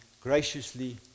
graciously